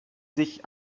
sich